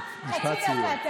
משפט סיום.